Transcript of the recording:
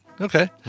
Okay